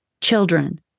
children